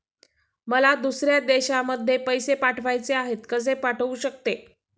मला दुसऱ्या देशामध्ये पैसे पाठवायचे आहेत कसे पाठवू शकते?